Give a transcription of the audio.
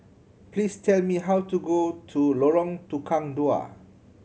please tell me how to go to Lorong Tukang Dua